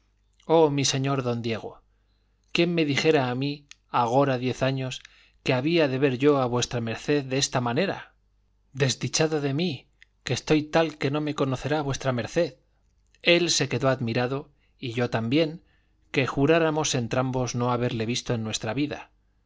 oh mi señor don diego quién me dijera a mí agora diez años que había de ver yo a v md de esta manera desdichado de mí que estoy tal que no me conocerá v md él se quedó admirado y yo también que juráramos entrambos no haberle visto en nuestra vida